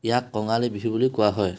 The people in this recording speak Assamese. ইয়াক কঙালী বিহু বুলিও কোৱা হয়